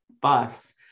bus